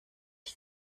ich